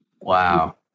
Wow